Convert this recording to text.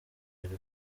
ariko